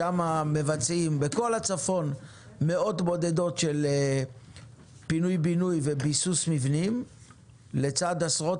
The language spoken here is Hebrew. שם מבצעים מאות בודדות של פינוי-בינוי וביסוס מבנים לצד עשרות